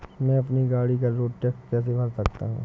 मैं अपनी गाड़ी का रोड टैक्स कैसे भर सकता हूँ?